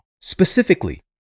specifically